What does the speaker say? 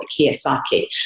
Kiyosaki